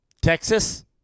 Texas